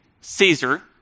Caesar